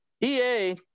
EA